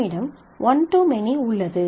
நம்மிடம் one to many உள்ளது